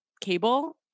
cable